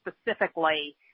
specifically